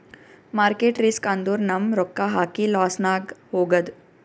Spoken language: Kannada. ಮಾರ್ಕೆಟ್ ರಿಸ್ಕ್ ಅಂದುರ್ ನಮ್ ರೊಕ್ಕಾ ಹಾಕಿ ಲಾಸ್ನಾಗ್ ಹೋಗದ್